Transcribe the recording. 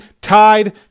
tied